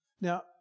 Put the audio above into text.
Now